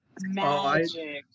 Magic